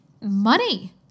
money